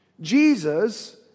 Jesus